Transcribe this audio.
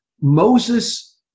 Moses